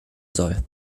soll